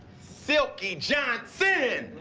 silky johnson!